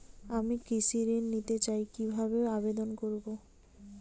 আমি কৃষি ঋণ নিতে চাই কি ভাবে আবেদন করব?